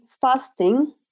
fasting